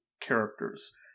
characters